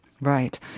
Right